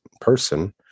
person